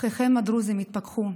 אחיכם הדרוזים התפכחו.